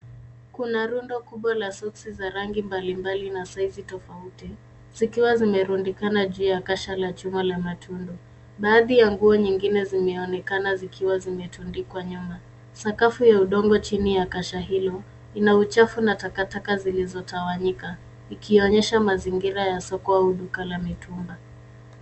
Kuna rundo kubwa za soksi za rangi mbalimbali na saizi tofauti zikiwa zimerundikana juu ya kashata la chuma la matundo. Baadhi ya nguo zingine zimeonekana zikiwa zimetundikwa nyuma. Sakafu ya udongo chini ya kasha hilo ina uchafu na takataka zilizotawanyika ikionyesha mazingira ya soko au duka la mitumba.